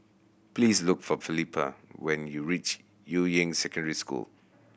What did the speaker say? please look for Felipa when you reach Yuying Secondary School